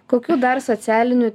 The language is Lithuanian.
kokių dar socialinių